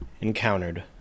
encountered